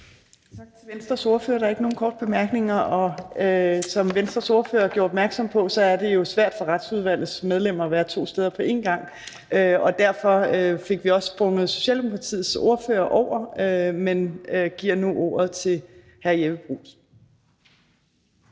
Tak til Venstres ordfører. Der er ikke nogen korte bemærkninger. Som Venstres ordfører gjorde opmærksom på, er det jo svært for Retsudvalgets medlemmer at være to steder på en gang, og derfor fik vi også sprunget Socialdemokratiets ordfører over, men jeg giver nu ordet til hr. Jeppe Bruus.